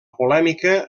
polèmica